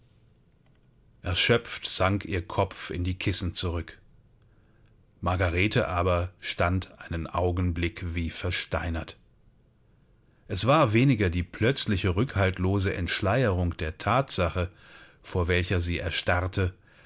erschöpft sank ihr kopf in die kissen zurück margarete aber stand einen augenblick wie versteinert es war weniger die plötzliche rückhaltslose entschleierung der thatsache vor welcher sie erstarrte